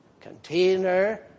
container